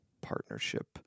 partnership